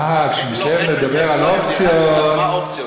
אה, כשנשב ונדבר על אופציות, אז מה האופציות?